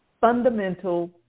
fundamental